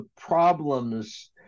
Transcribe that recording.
problems